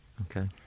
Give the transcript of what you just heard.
Okay